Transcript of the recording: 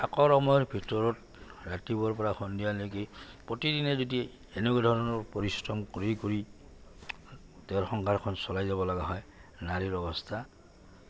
প্ৰতিদিনে যদি এনেকুৱা ধৰণৰ পৰিশ্ৰম কৰি কৰি তেওঁৰ সংঘাৰখন চলাই যাব লগা হয় নাৰীৰ অৱস্থা